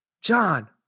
John